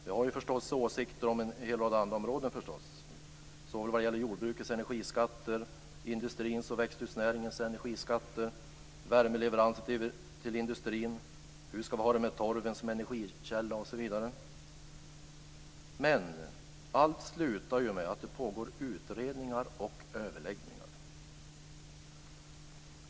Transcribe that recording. Vi har ju förstås åsikter om en hel rad andra områden också, t.ex. vad gäller jordbrukets energiskatter, industrins och växthusnäringens energiskatter, värmeleveranser till industrin, hur vi skall ha det med torven som energikälla osv, men allt slutar ju med att det pågår utredningar och överläggningar.